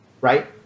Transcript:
right